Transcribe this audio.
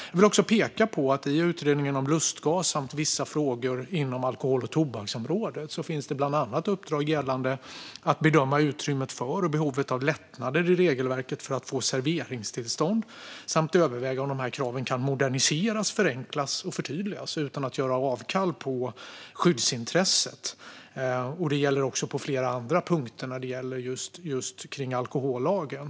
Jag vill peka på att det i Utredningen om lustgas och vissa frågor inom alkohol och tobaksområdet bland annat finns uppdrag om att bedöma utrymmet för och behovet av lättnader i regelverket för att få serveringstillstånd. Man ska också överväga om de kraven kan moderniseras, förenklas och förtydligas utan att göra avkall på skyddsintresset. Det gäller också flera andra punkter i fråga om just alkohollagen.